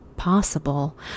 possible